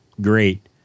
Great